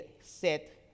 set